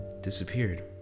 disappeared